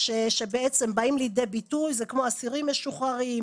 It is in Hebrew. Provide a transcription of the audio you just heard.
זה מתחיל מבגירים בגיל 18,